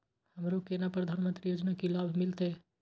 हमरो केना प्रधानमंत्री योजना की लाभ मिलते?